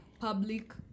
public